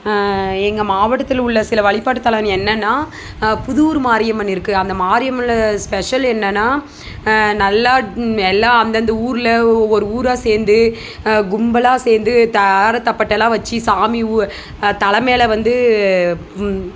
எங்கள் மாவட்டத்தில் உள்ளே சில வழிபாட்டுத்தலம் என்னெனனா புதூர் மாரியம்மன் இருக்குது அந்த மாரியம்மனில் ஸ்பெஷல் என்னெனனா நல்லா எல்லா அந்தந்த ஊரில் ஒவ்வொரு ஊராக சேர்ந்து கும்பலாக சேர்ந்து தாரதப்பட்டலாம் வச்சு சாமி தலை மேலே வந்து